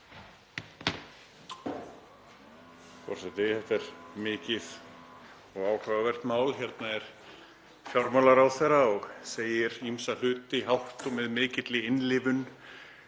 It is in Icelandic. Forseti. Þetta er mikið og áhugavert mál. Hérna er fjármálaráðherra og segir ýmsa hluti hátt og með mikilli innlifun,